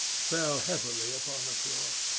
fell heavily upon the floor.